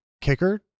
kicker